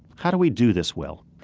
how do we do this well?